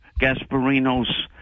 Gasparino's